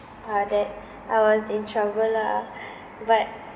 uh that I was in trouble lah but